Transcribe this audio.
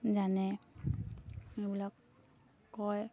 জানে এইবিলাক কয়